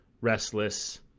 restless